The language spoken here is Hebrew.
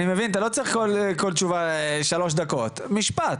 אני מבין, אתה לא צריך כל תשובה שלוש דקות, משפט.